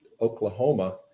Oklahoma